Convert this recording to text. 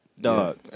Dog